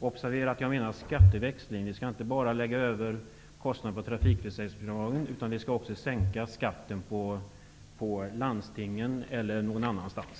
Observera att jag säger skatteväxling. Vi skall inte bara lägga över kostnaden på trafikförsäkringsbolagen utan också sänka skatten på andra områden, exempelvis när det gäller landstingen.